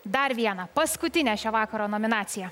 dar vieną paskutinę šio vakaro nominaciją